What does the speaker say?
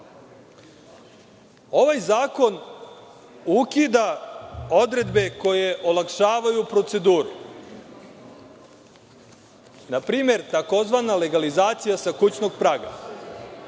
zakon ukida odredbe koje olakšavaju proceduru. Na primer, tzv. legalizacija sa kućnog praga.